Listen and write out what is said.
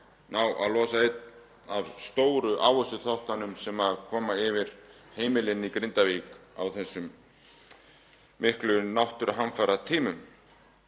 ná að losa einn af stóru áhættuþáttunum sem komið hafa yfir heimilin í Grindavík á þessum miklu náttúruhamfaratímum.